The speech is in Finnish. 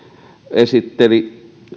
esittelivät